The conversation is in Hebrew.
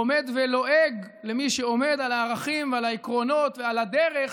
הוא עומד ולועג למי שעומד על הערכים ועל העקרונות ועל הדרך